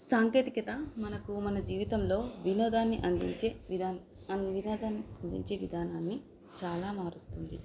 సాంకేతికత మనకు మన జీవితంలో వినోదాన్ని అందించే విధా అ వినోదాన్ని అందించే విధానాన్ని చాలా మారుస్తుంది